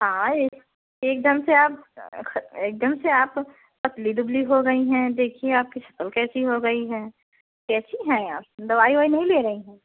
हाँ एक एकदम से आप एकदम से आप पतली दुबली हो गई हैं देखिए आपकी शकल कैसी हो गई है कैसी हैं आप दवाई अवाई नहीं ले रही हैं